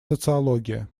социология